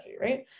right